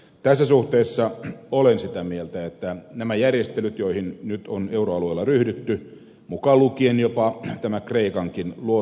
tässä suhteessa olen sitä mieltä että nämä järjestöt joihin nyt on euroalueella ryhdytty mukaan lukien joko tämä kreikankin luo